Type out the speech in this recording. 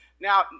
Now